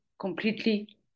completely